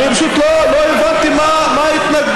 אני פשוט לא הבנתי מה ההתנגדות.